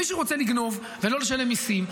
מי שרוצה לגנוב ולא לשלם מיסים,